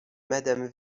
madame